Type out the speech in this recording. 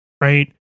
Right